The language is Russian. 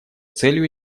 целью